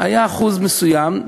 היה אחוז מסוים,